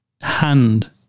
hand